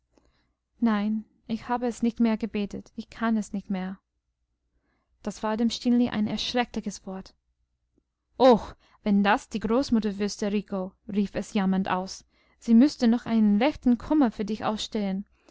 nein ich habe es nicht mehr gebetet ich kann es nicht mehr das war dem stineli ein erschreckliches wort o wenn das die großmutter wüßte rico rief es jammernd aus sie müßte noch einen rechten kummer für dich ausstehen